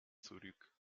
zurück